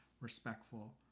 respectful